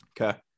Okay